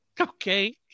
Okay